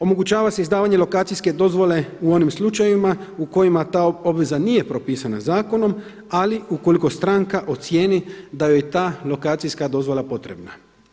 Omogućava se izdavanje lokacijske dozvole u onim slučajevima u kojima ta obveza nije propisana zakonom, ali ukoliko stranka ocijeni da joj je ta lokacijska dozvola potrebna.